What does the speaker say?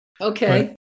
Okay